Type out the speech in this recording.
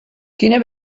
quina